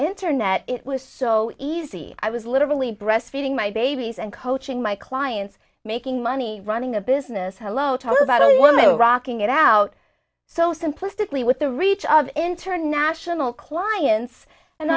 internet it was so easy i was literally breastfeeding my babies and coaching my clients making money running a business hello tell us about the woman rocking it out so simplistically with the reach of international clients and